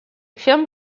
film